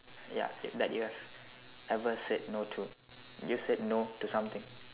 ya that you have ever said no to you said no to something